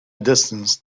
distance